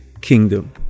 kingdom